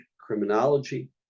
criminology